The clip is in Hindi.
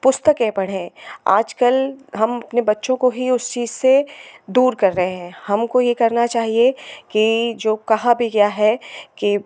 पुस्तकें पढ़े आजकल हम अपने बच्चों को ही उस चीज़ से दूर कर रहे हैं हमको यह करना चाहिए कि जो कहा भी गया है कि